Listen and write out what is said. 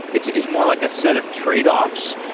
it's is more like a set of trade-offs,